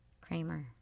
Kramer